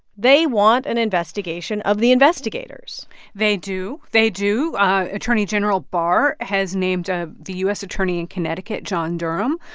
they want an investigation of the investigators they do. they do. attorney general barr has named ah the u s. attorney in connecticut, john durham,